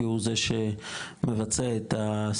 כי הוא זה שמבצע את הסיוע,